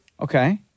Okay